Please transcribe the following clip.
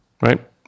right